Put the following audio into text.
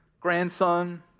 grandson